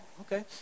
Okay